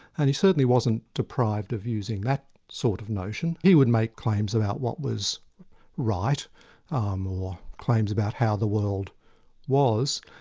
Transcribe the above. and he certainly wasn't deprived of using that sort of notion. he would make claims about what was right um or claims about how the world was,